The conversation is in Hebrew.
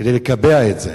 כדי לקבע את זה?